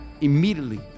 immediately